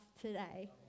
today